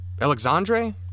Alexandre